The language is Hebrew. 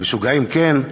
למשוגעים כן?